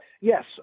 Yes